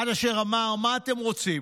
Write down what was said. עד אשר אמר: מה אתם רוצים?